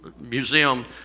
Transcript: museum